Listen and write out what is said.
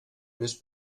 més